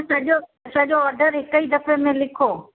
सॼो सॼो ऑडर हिक ई दफ़े में लिखो